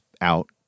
out